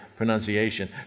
pronunciation